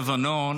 לא הבנתי